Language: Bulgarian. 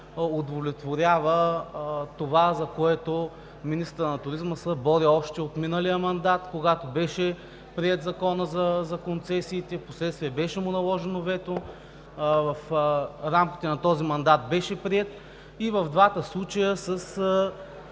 удовлетворява това, за което министърът на туризма се бори още от миналия мандат, когато беше приет Законът за концесиите, а впоследствие му беше наложено вето, в рамките на този мандат беше приет. И в двата случая